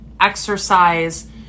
exercise